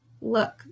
Look